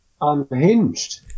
unhinged